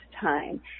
time